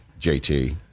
JT